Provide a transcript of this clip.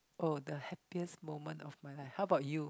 oh the happiest moment of my life how about you